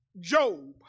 Job